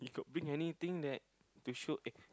you got bring anything that to show eh